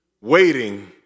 waiting